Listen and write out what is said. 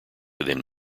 within